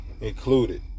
included